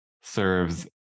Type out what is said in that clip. serves